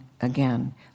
again